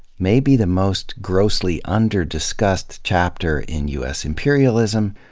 may be the most grossly under-discussed chapter in u s. imperialism,